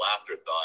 afterthought